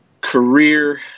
career